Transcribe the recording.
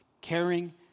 Caring